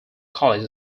college